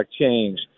change